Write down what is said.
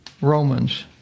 Romans